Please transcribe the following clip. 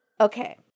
Okay